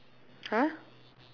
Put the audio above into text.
!huh!